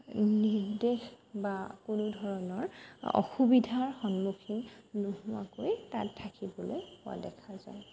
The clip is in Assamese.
নিৰ্দেশ বা কোনো ধৰণৰ অসুবিধাৰ সন্মুখীন নোহোৱাকৈ তাত থাকিবলৈ পোৱা দেখা যায়